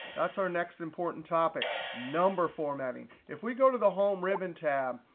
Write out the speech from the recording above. that's our next important topic, number formatting. if we go to the home ribbon tab,